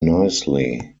nicely